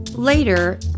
Later